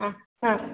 ಹಾಂ ಹಾಂ